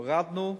הורדנו,